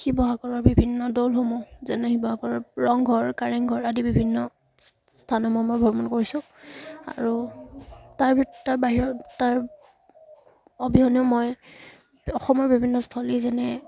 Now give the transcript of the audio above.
শিৱসাগৰৰ বিভিন্ন দৌলসমূহ যেনে শিৱসাগৰৰ ৰংঘৰ কাৰেংঘৰ আদি বিভিন্ন স্থানসমূহ মই ভ্ৰমণ কৰিছোঁ আৰু তাৰ ভিতৰত বাহিৰত তাৰ অবিহনে মই অসমৰ বিভিন্ন স্থলী যেনে